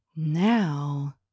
Now